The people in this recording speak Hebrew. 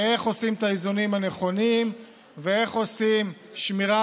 ואיך עושים את האיזונים הנכונים ואיך עושים שמירה